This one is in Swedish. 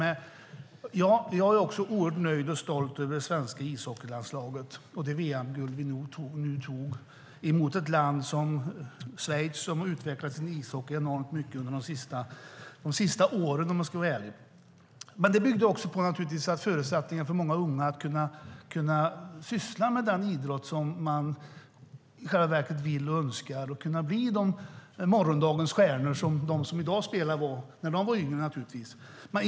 Också jag är oerhört nöjd och stolt över det svenska ishockeylandslaget och det VM-guld vi nu tog i mötet mot ett land som Schweiz, som har utvecklat sin ishockey enormt mycket under de senaste åren, om man ska vara ärlig. Detta bygger på förutsättningarna för många unga att syssla med den idrott som de vill och önskar och bli morgondagens stjärnor, på samma sätt som det var för dem som nu spelar när de var yngre.